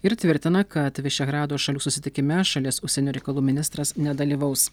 ir tvirtina kad vyšegrado šalių susitikime šalies užsienio reikalų ministras nedalyvaus